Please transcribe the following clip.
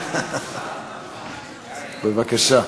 בבקשה,